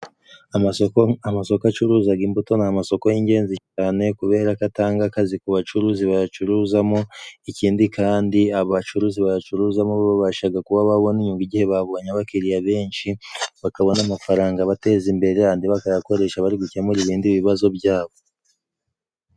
Amasoko, amasoko acuruzaga imbuto ni amasoko y'ingenzi cyane, kubera ko atanga akazi ku bacuruzi bayacuruzamo, ikindi kandi aba bacuruzi bayacuruzamo babashaga kuba babona inyungu igihe babonye abakiriya benshi, bakabona amafaranga abateza imbere, andi bakayakoresha bari gukemura ibindi bibazo byabo